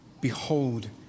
Behold